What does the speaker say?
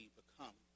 become